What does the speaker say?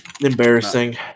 embarrassing